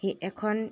সি এখন